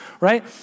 right